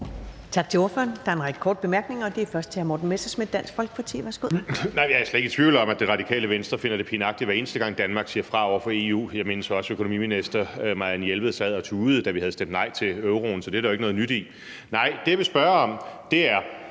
Tak til ordføreren. Der er en række korte bemærkninger. Det er først til hr. Morten Messerschmidt, Dansk Folkeparti. Værsgo. Kl. 12:05 Morten Messerschmidt (DF): Jeg er slet ikke i tvivl om, at Radikale Venstre finder det pinagtigt, hver eneste gang Danmark siger fra over for EU. Jeg mindes også, at økonomiminister Marianne Jelved sad og tudede, da vi havde stemt nej til euroen. Så det er der jo ikke noget nyt i. Nej, der er noget, jeg vil